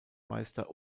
meister